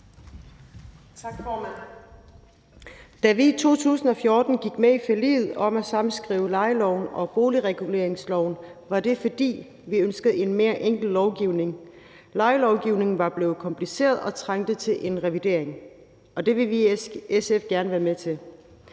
Da vi i 2014 gik med i forliget om at sammenskrive lejeloven og boligreguleringsloven, var det, fordi vi ønskede en mere enkel lovgivning. Lejelovgivningen var blevet kompliceret og trængte til en revidering, og det vil vi i SF gerne være med til.